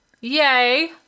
Yay